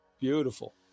beautiful